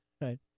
Right